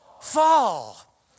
fall